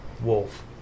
wolf